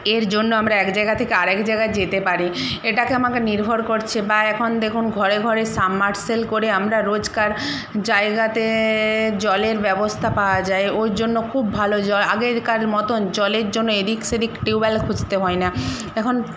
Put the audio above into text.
এর জন্য আমরা এক জায়গা থেকে আরেক জায়গায় যেতে পারি এটাকে আমাকে নির্ভর করছে বা এখন দেখুন ঘরে ঘরে সামমার্শাল করে আমরা রোজকার জায়গাতে জলের ব্যবস্থা পাওয়া যায় ওর জন্য খুব ভালো জল আগেকার মতন জলের জন্য এদিক সেদিক টিউবয়েল খুঁজতে হয় না এখন